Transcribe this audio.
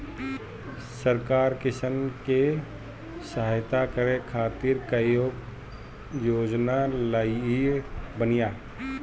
सरकार किसान के सहयता करे खातिर कईगो योजना लियाइल बिया